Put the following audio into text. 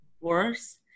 worse